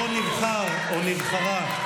לא נבחר, או נבחרה,